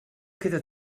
queda